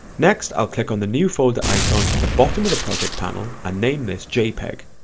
next i'll click on the new folder icon at the bottom of the project panel and name this jpeg,